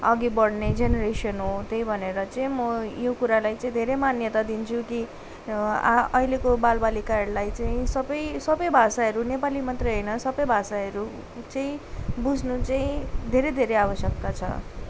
अघि बढ्ने जेनेरेसन हो त्यही भनेर चाहिँ म यो कुरालाई चाहिँ धेरै मान्यता दिन्छु कि अह अहिलेको बाल बालिकाहरूलाई चाहिँ सबै सबै भाषाहरू नेपाली मात्रै होइन सबै भाषाहरू चाहिँ बुझ्नु चाहिँ धेरै धेरै आवश्यकता छ